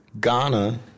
Ghana